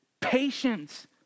patience